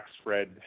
spread